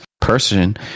person